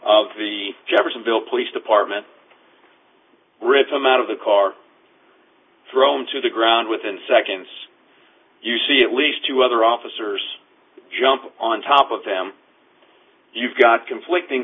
of the jeffersonville police department rip them out of the car thrown to the ground within seconds you see at least two other officers jump on top of them you've got conflicting